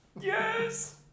Yes